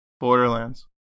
Borderlands